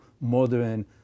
modern